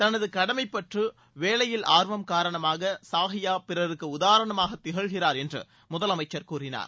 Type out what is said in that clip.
தனது கடமைப்பற்று வேலையில் ஆர்வம் காரணமாக மனிதா பிறருக்கு உதாரணமாக திகழ்கிறா் என்று முதலமைச்சர் கூறினார்